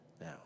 Now